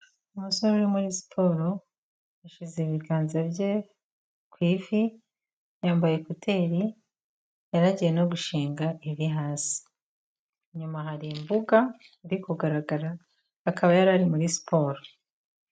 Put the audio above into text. Umusore uri muri siporo yashyize ibiganza bye ku ivi, yambaye koteri yaragiye no gushinga ibi hasi, inyuma hari imbuga iri kugaragara akaba yarari muri siporo.